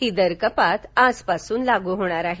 ही दरकपात आजपासून लागू होणार आहे